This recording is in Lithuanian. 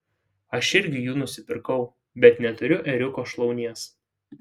aš irgi jų nusipirkau bet neturiu ėriuko šlaunies